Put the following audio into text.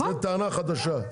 זאת טענה חדשה.